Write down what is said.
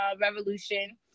Revolution